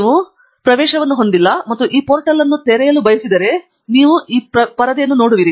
ನೀವು ಪ್ರವೇಶವನ್ನು ಹೊಂದಿಲ್ಲ ಮತ್ತು ಈ ಪೋರ್ಟಲ್ ಅನ್ನು ತೆರೆಯಲು ಬಯಸಿದರೆ ನೀವು ಈ ಪರದೆ ನೋಡುವಿರಿ